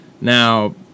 now